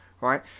right